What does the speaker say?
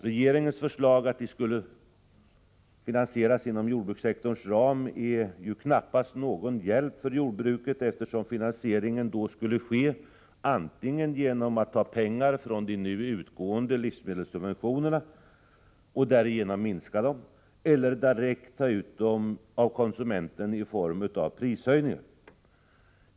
Regeringens förslag att det skulle finansieras inom jordbrukssektorns ram är ju knappast någon hjälp för jordbruket, eftersom finansieringen då skulle ske antingen genom att man tar pengar från de nu utgående livsmedelssubventionerna och därigenom minskar dem eller genom att man tar ut dem direkt av konsumenten i form av prishöjningar.